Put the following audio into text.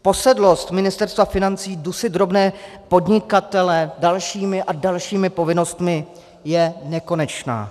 Posedlost Ministerstva financí dusit drobné podnikatele dalšími a dalšími povinnostmi je nekonečná.